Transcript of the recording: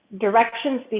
directions